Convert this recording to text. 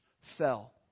fell